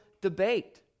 debate